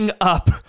up